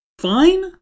fine